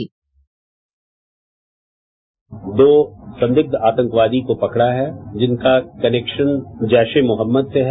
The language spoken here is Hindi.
बाइट दो संदिग्ध आतंकवादी को पकड़ा है जिनका कनेक्शन जैश ए मोहम्मद से है